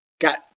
got